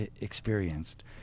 experienced